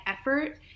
effort